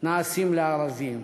נעשים לארזים".